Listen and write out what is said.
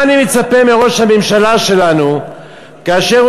מה אני מצפה מראש הממשלה שלנו כאשר הוא